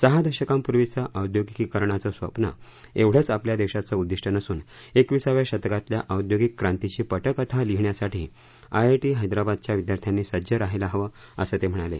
सहा दशकांपूर्वीचं औद्योगिकीकरणाचं स्वप्नं एवढंच आपल्या देशाचं उद्दिष्ट नसून एकविसाव्या शतकातल्या औद्योगिक क्रांतीची पटकथा लिहिण्यासाठी आईआईटी हैदराबादच्या विद्यार्थ्यांनी सज्ज रहायला हवं असं ते म्हणाले